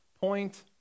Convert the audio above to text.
point